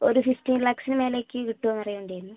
ഒരു സിക്സ്റ്റീൻ ലാക്ക്സിന് മേലേക്ക് കിട്ടോന്ന് അറിയാൻ വേണ്ടി ആയിരുന്നു